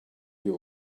you